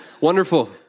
Wonderful